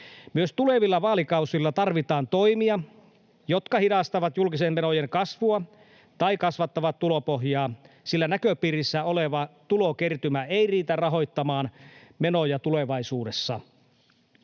Myös tulevilla vaalikausilla tarvitaan toimia, jotka hidastavat julkisten menojen kasvua tai kasvattavat tulopohjaa, sillä näköpiirissä oleva tulokertymä ei riitä rahoittamaan menoja tulevaisuudessa.